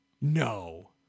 No